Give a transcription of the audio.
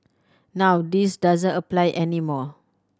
now this doesn't apply any more